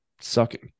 sucking